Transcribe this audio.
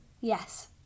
Yes